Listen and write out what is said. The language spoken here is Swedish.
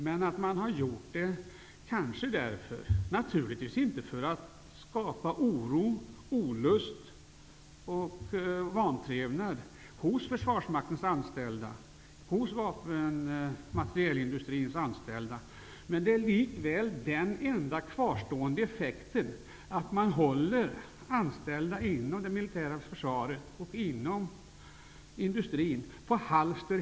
Man har naturligtvis inte lagt fram dem för att skapa oro, olust och vantrevnad hos försvarsmaktens och materielindustrins anställda, men den enda kvarstående effekten har likväl varit att man hållit de anställda inom det militära försvaret och inom industrin på halster.